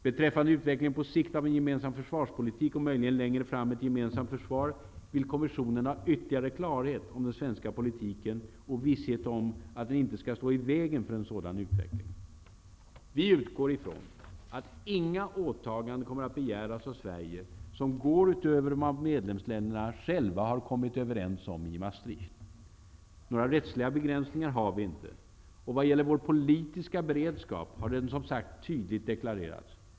Beträffande utvecklingen på sikt av en gemensam försvarspolitik och möjligen längre fram ett gemensamt försvar vill kommissionen ha ytterligare klarhet om den svenska politiken och visshet om att den inte skall stå i vägen för en sådan utveckling. Vi utgår ifrån att inga åtaganden kommer att begäras av Sverige som går utöver vad medlemsländerna själva har kommit överens om i Maastricht. Några rättsliga begränsningar har vi inte. I vad gäller vår politiska beredskap har den, som sagt, tydligt deklarerats.